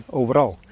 overal